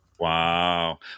Wow